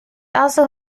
also